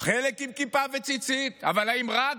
חלק עם כיפה וציצית, אבל האם רק?